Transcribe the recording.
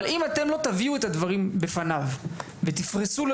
אבל אם אתם לא תביאו את הדברים בפניו ותפרסו אותם